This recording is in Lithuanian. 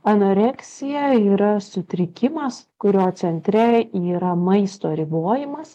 anoreksija yra sutrikimas kurio centre yra maisto ribojimas